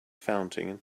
fountain